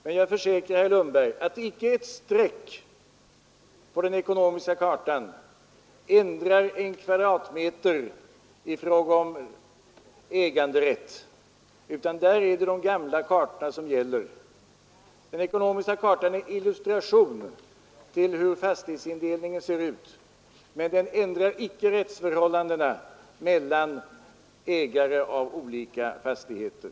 Men jag försäkrar herr Lundberg att icke ett streck på den ekonomiska kartan ändrar kvadratmeter i fråga om äganderätt, utan där är det de gamla kartorna som gäller. Den ekonomiska kartan är en illustration till hur fastighetsindelningen ser ut, men den ändrar icke rättsförhållandena mellan ägare av olika fastigheter.